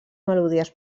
melodies